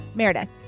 Meredith